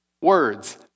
words